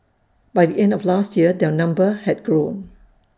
by the end of last year their number had grown